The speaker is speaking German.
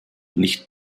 nicht